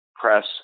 press